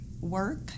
work